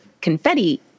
confetti